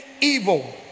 evil